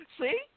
See